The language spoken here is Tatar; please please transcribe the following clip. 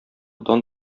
дан